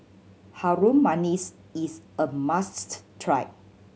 Harum Manis is a must try